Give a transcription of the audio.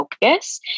focus